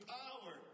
power